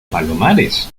palomares